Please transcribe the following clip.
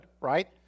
right